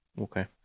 Okay